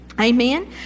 amen